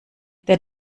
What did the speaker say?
der